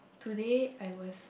today I was